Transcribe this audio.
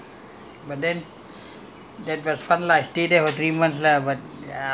and let me know you know the things all but then